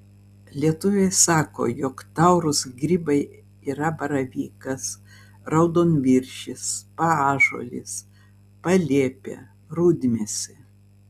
lietuviai sako jog taurūs grybai yra baravykas raudonviršis paąžuolis paliepė rudmėsė